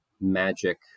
magic